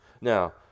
now